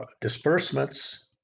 disbursements